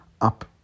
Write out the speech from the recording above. up